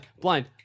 blind